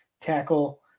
tackle